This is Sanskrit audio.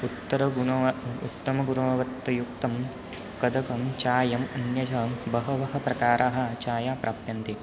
उत्तरगुणव उत्तमगुणवत् युक्तं कदकं चायम् अन्येषां बहवः प्रकाराः चाया प्राप्यन्ते